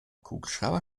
kugelschreiber